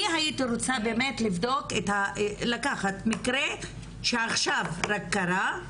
אני הייתי רוצה לקחת מקרה שעכשיו קרה,